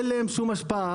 אין להם שום השפעה,